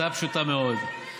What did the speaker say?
הצעה פשוטה מאוד,